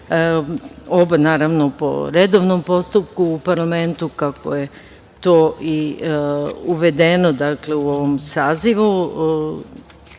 oba naravno po redovnom postupku u parlamentu, kako je to i uvedeno u ovom sazivu